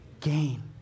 Gain